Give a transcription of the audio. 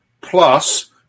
Plus